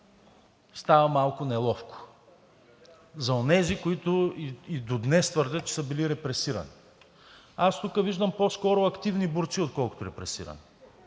става малко неловко за онези, които и до днес твърдят, че са били репресирани. Тук виждам по-скоро активни борци, отколкото репресирани.